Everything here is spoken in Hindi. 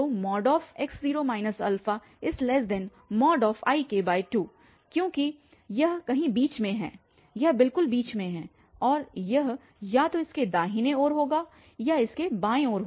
तो x0 Ik2 क्योंकि यह कहीं बीच में है यह बिल्कुल बीच में है और यह या तो इसके दाहिने ओर होगा या इसके बाए ओर होगा